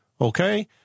Okay